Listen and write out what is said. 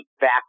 back